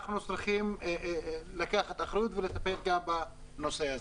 אנחנו צריכים לקחת אחריות ולטפל גם בנושא הזה.